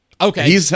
Okay